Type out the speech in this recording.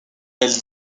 elle